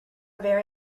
very